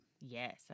Yes